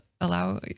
allow